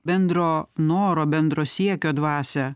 bendro noro bendro siekio dvasią